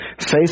Faith